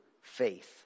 faith